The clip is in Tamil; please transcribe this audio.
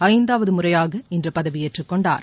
ஐந்தாவது முறையாக இன்று பதவியேற்றுக் கொண்டார்